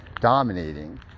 dominating